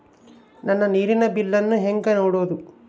ನನ್ನ ನೇರಿನ ಬಿಲ್ಲನ್ನು ಹೆಂಗ ನೋಡದು?